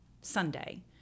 Sunday